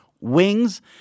wings